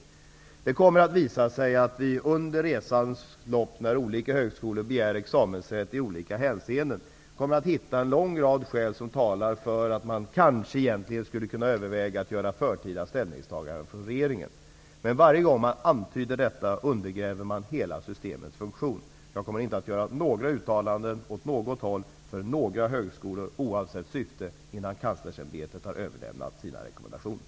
Under resans gång kommer det att visa sig att när olika högskolor begär examensrätt i olika ämnen kommer det att finnas en lång rad skäl som talar för att regeringen skall göra vissa förtida ställningstaganden. Men varje gång en sådan antydan ges undergrävs hela systemets funktion. Jag kommer inte att göra några uttalanden åt något håll för någon högskola oavsett syfte innan Kanslersämbetet har överlämnat sina rekommendationer.